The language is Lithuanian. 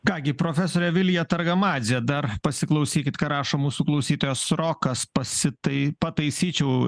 ką gi profesorė vilija targamadzė dar pasiklausykit ką rašo mūsų klausytojas rokas pasitai pataisyčiau